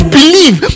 believe